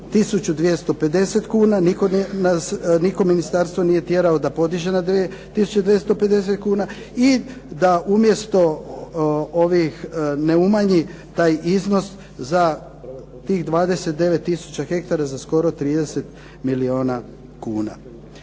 1250 kuna, nitko ministarstvo nije tjerao da podiže na 2250 kuna i da umjesto ovih ne umanji taj iznos za tih 29 tisuća hektara za skoro 30 milijuna kuna.